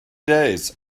days